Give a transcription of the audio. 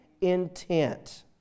intent